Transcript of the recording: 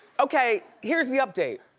okay, here's the update.